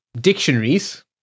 dictionaries